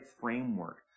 framework